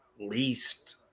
least